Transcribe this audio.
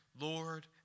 Lord